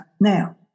now